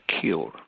cure